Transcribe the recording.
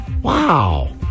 Wow